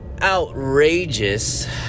Outrageous